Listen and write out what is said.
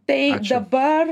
tai dabar